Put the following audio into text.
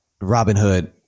Robinhood